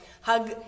Hug